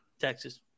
Texas